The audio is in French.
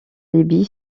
libye